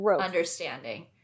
understanding